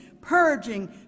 purging